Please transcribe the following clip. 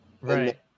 Right